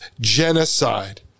genocide